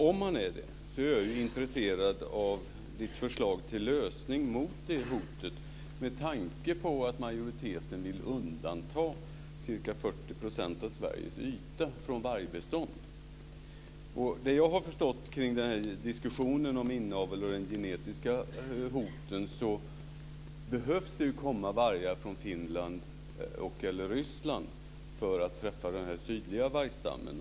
Om han gör det så är jag intresserad av hans förslag till åtgärder mot det hotet med tanke på att majoriteten vill undanta ca 40 % av Sveriges yta från vargbestånd. Såvitt jag har förstått av diskussionen om inavel och de genetiska hoten behöver det komma över vargar från Finland eller Ryssland för att träffa den sydliga vargstammen.